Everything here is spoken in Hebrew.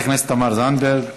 חברת הכנסת תמר זנדברג.